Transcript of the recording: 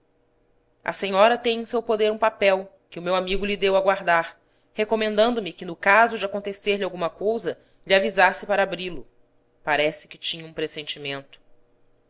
a senhora tem em seu poder um papel que o meu amigo lhe deu a guardar recomendando me que no caso de acontecer lhe alguma cousa lhe avisasse para abri-lo parece que tinha um pressentimento